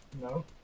No